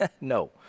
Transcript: No